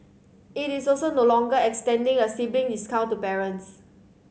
it is also no longer extending a sibling discount to parents